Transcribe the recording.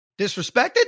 disrespected